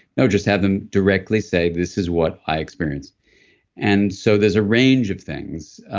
no, just have them directly say, this is what i experienced and so there's a range of things.